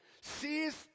sees